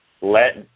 let